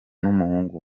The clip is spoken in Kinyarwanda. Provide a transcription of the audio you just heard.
n’umuhungu